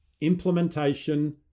Implementation